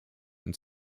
und